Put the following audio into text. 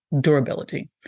durability